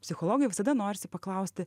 psichologai visada norisi paklausti